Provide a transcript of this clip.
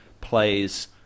plays